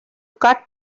cut